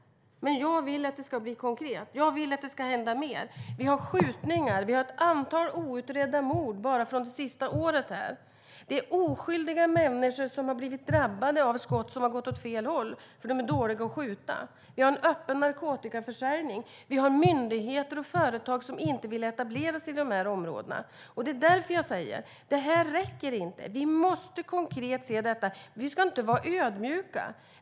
Men jag vill att det ska hända något mer konkret. Det sker skjutningar, och det finns ett antal outredda mord bara från det senaste året. Oskyldiga människor har drabbats av skott som har gått åt fel håll. De är dåliga på att skjuta. Det sker en öppen narkotikaförsäljning. Myndigheter och företag vill inte etablera sig i områdena. Det räcker inte. Vi måste konkret se på problemen. Vi ska inte vara ödmjuka.